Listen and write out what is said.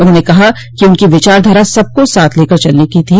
उन्होंने कहा कि उनकी विचारधारा सबको साथ लेकर चलने की थी